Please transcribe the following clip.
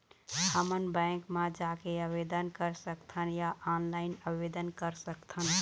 हमन बैंक मा जाके आवेदन कर सकथन या ऑनलाइन आवेदन कर सकथन?